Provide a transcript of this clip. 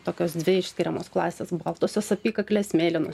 tokios dvi išskiriamos klasės baltosios apykaklės mėlynos